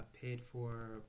paid-for